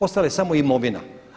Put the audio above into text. Ostala je samo imovina.